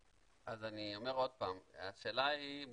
אז אני אומר עוד פעם, השאלה היא מורכבת.